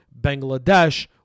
bangladesh